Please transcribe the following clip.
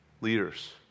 leaders